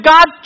God